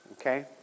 Okay